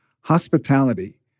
Hospitality